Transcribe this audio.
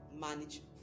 manage